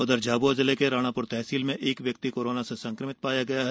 उधर झाबुआ जिले के राणापुर तहसील में एक व्यक्ति कोरोना संक्रमित पाया गया है